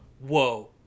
whoa